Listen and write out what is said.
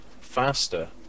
faster